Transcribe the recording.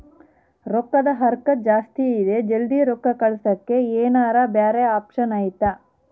ರೊಕ್ಕದ ಹರಕತ್ತ ಜಾಸ್ತಿ ಇದೆ ಜಲ್ದಿ ರೊಕ್ಕ ಕಳಸಕ್ಕೆ ಏನಾರ ಬ್ಯಾರೆ ಆಪ್ಷನ್ ಐತಿ?